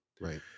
right